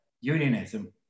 unionism